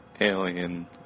alien